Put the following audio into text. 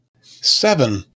Seven